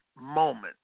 moment